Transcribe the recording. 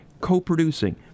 co-producing